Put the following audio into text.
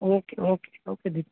okay okay okay Dipeshbhai